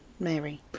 Mary